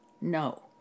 No